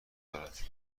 دارد